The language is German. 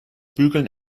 bügeln